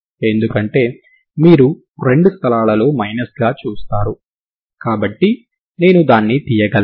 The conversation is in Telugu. ఎందుకంటే మీరు రెండు స్థలాలలో మైనస్గా చూస్తారు కాబట్టి నేను దాన్ని తీయగలను